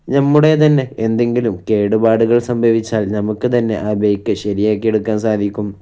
നമ്മുടെ തന്നെ എന്തെങ്കിലും കേടുപാടുകൾ സംഭവിച്ചാൽ നമുക്ക് തന്നെ ആ ബൈക്ക് ശരിയാക്കി എടുക്കാൻ സാധിക്കും